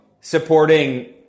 supporting